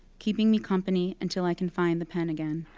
keeping me company until i can find the pen again.